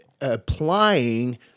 applying